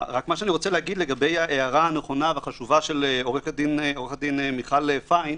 לגבי ההערה הנכונה והחשובה של עורכת הדין מיכל פיין,